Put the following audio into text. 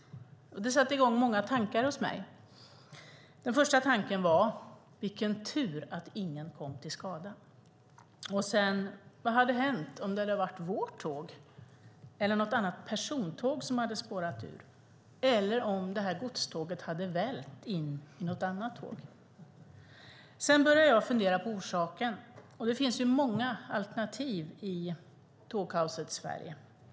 Det satte i gång många tankar hos mig. Den första tanken var: Vilken tur att ingen kom till skada! Och sedan: Vad hade hänt om det hade varit vårt tåg eller något annat persontåg som hade spårat ur eller om godståget hade vält in i något annat tåg? Sedan började jag fundera på orsaken, och det finns ju många alternativ i tågkaosets Sverige.